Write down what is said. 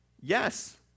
yes